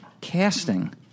Casting